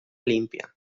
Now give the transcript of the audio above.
limpia